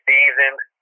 Seasoned